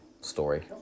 story